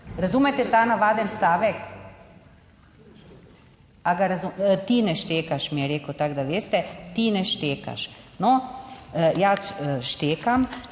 razumete ta navaden stavek? Ali ga ti ne štekaš, mi je rekel, tako da veste, ti ne štekaš. No, jaz štekam.